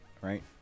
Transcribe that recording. right